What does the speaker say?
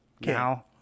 now